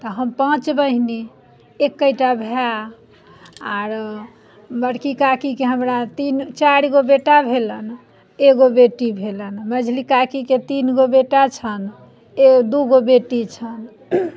तऽ हम पाँच बहिन एकेटा भैआ आर बड़की काकीके हमरा तीन चारि गो बेटा भेलनि एगो बेटी भेलनि मंझली काकीके तीन गो बेटा छनि ए दू गो बेटी छनि